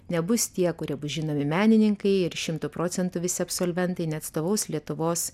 nebus tie kurie bus žinomi menininkai ir šimtu procentų visi absolventai neatstovaus lietuvos